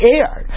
air